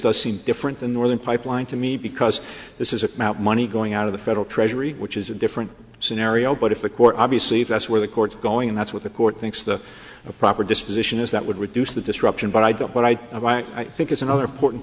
does seem different than northern pipeline to me because this is a money going out of the federal treasury which is a different scenario but if the core obviously if that's where the court's going and that's what the court thinks the proper disposition is that would reduce the disruption but i don't but i i think it's another important